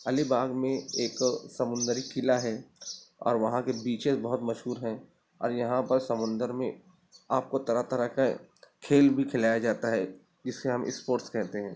علی باغ میں ایک سمندری قلعہ ہے اور وہاں کے بیچز بہت مشہور ہیں اور یہاں پر سمندر میں آپ کو طرح طرح کے کھیل بھی کھلایا جاتا ہے جسے ہم اسپورٹس کہتے ہیں